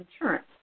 insurance